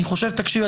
אני חושב תקשיב,